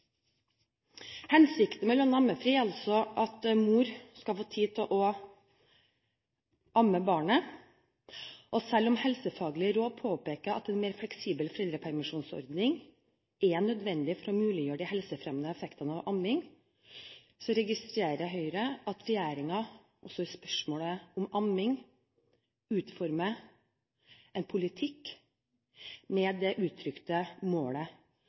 Hensikten med lønnet ammefri er altså at mor skal få tid til å amme barnet. Selv om helsefaglig råd påpeker at en mer fleksibel foreldrepermisjonsordning er nødvendig for å muliggjøre de helsefremmende effektene av amming, registrerer Høyre at regjeringen også i spørsmålet om amming utformer en politikk med det uttrykte målet